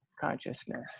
consciousness